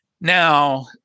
Now